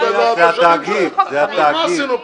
אז מה עשינו פה?